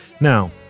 now